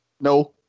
No